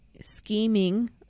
scheming